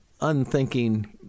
unthinking